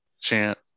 chant